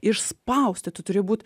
išspausti tu turi būti